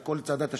כל צעדת השוויון,